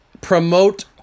Promote